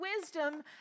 wisdom